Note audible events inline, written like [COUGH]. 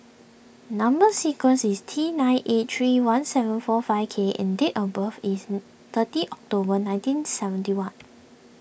Number Sequence is T nine eight three one seven four five K and date of birth is thirty October nineteen seventy one [NOISE]